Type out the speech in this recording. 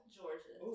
Georgia